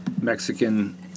Mexican